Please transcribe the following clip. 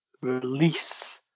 release